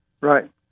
Right